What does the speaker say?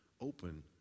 open